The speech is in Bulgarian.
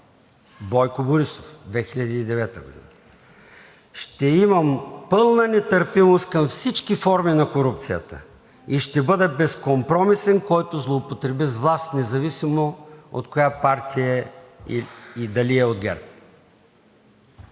Бойко Борисов, 2009 г.: „Ще имам пълна нетърпимост към всички форми на корупцията и ще бъда безкомпромисен с който злоупотреби с власт, независимо от коя партия е и дали е от